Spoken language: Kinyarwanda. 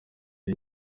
iyi